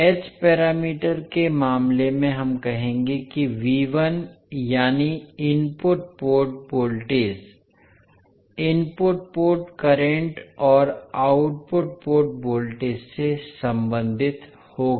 H parameter के मामले में हम कहेंगे कि यानी input port voltage input port current और आउटपुट पोर्ट वोल्टेज से संबंधित होगा